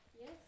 Yes